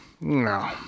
No